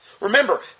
Remember